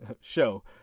show